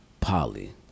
Polly